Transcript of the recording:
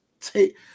take